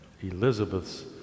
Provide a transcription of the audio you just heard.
Elizabeth's